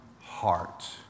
heart